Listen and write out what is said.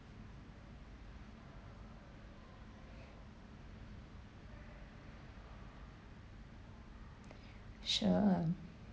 sure